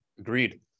Agreed